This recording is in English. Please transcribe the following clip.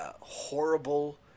horrible